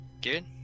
good